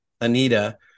Anita